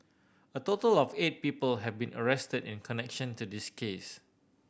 a total of eight people have been arrested in connection to this case